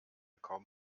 kaum